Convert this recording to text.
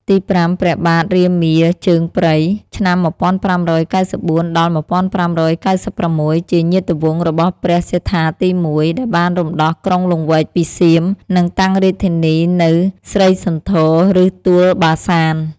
ទីប្រាំ ព្រះបាទរាមាជើងព្រៃ (ឆ្នាំ ១៥៩៤-១៥៩៦) ជាញាតិវង្សរបស់ព្រះសត្ថាទី១ ដែលបានរំដោះក្រុងលង្វែកពីសៀម និងតាំងរាជធានីនៅស្រីសន្ធរ ឬ ទួលបាសាន។